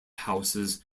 houses